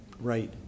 Right